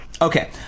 Okay